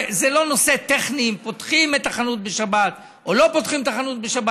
זה לא נושא טכני אם פותחים את החנות בשבת או לא פותחים את החנות בשבת,